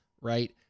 right